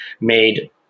made